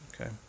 okay